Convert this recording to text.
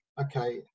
okay